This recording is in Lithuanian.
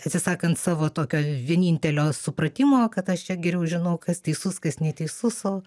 atsisakant savo tokio vienintelio supratimo kad aš čia geriau žinau kas teisus kas neteisus o